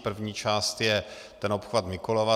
První část je ten obchvat Mikulova.